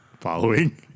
following